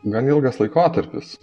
gan ilgas laikotarpis